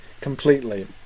completely